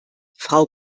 frau